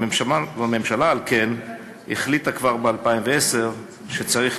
והממשלה על כן החליטה כבר ב-2010 שצריך